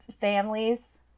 families